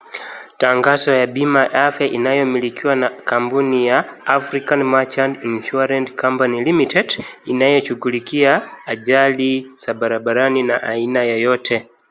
Tangazo ya bima ya afya inayomilikiwa na kampuni ya African Marchant Insurance Company Limited inayeshugulikia ajali za barabarani na haina yoyote.